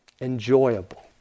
Enjoyable